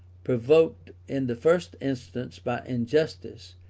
provoked in the first instance by injustice,